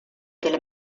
della